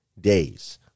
days